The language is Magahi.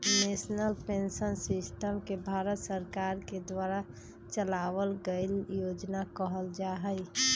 नेशनल पेंशन सिस्टम के भारत सरकार के द्वारा चलावल गइल योजना कहल जा हई